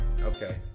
Okay